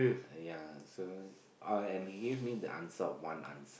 yeah so oh and he give me the answer of one answer